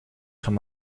kann